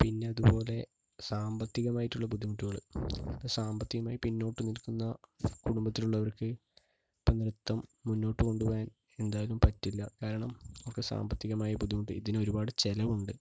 പിന്നതുപോലെ സാമ്പത്തികമായിട്ടുള്ള ബുദ്ധിമുട്ടുകൾ ഇപ്പോൾ സാമ്പത്തികമായി പിന്നോട്ട് നിൽക്കുന്ന കുടുംബത്തിലുള്ളവർക്ക് ഇപ്പോൾ നൃത്തം മുന്നോട്ടു കൊണ്ടുപോവാൻ എന്തായാലും പറ്റില്ല കാരണം അവർക്ക് സാമ്പത്തികമായി ബുദ്ധിമുട്ട് ഇതിനൊരുപാട് ചിലവുണ്ട്